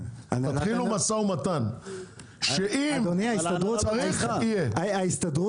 תתחילו משא ומתן כדי שאם יהיה -- בניגוד